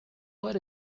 what